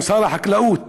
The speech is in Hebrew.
עם משרד החקלאות.